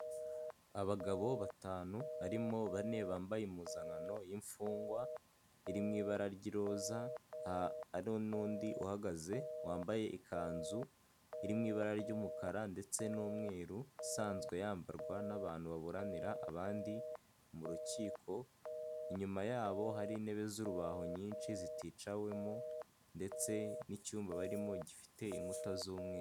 Abagabo batanu harimo bane bambaye impuzankano y'imfungwa iri mu ibara ry'iroza, hari n'undi uhagaze wambaye ikanzu iri mu ibara ry'umukara, ndetse n'umweru isanzwe yambarwa n'abantu baburanira abandi mu rukiko, inyuma yabo hari intebe z'urubaho nyinshi ziticawemo ndetse n'icyumba barimo gifite inkuta z'umweru.